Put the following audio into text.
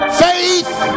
faith